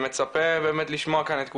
ומצפה לשמוע כאן את כולם.